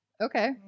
Okay